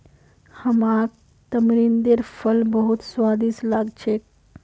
हमाक तमरिंदेर फल बहुत स्वादिष्ट लाग छेक